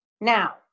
Now